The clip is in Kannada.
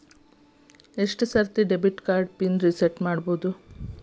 ಎಷ್ಟ ಸಲ ಡೆಬಿಟ್ ಕಾರ್ಡ್ ಪಿನ್ ರಿಸೆಟ್ ಮಾಡಬೋದು